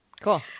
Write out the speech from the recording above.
Cool